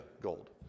gold